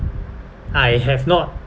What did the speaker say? I have not